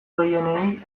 gehienei